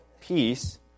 peace